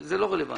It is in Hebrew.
זה לא רלוונטי.